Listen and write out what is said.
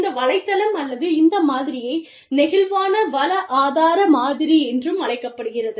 இந்த வலைத்தளம் அல்லது இந்த மாதிரியை நெகிழ்வான வள ஆதார மாதிரி என்றும் அழைக்கப்படுகிறது